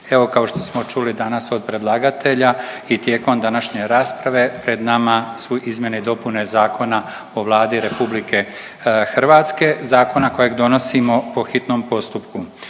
evo kao što čuli danas od predlagatelja i tijekom današnje rasprave pred nama su izmjene i dopune Zakona o Vladi RH, zakona kojeg donosimo po hitnom postupku.